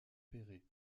perret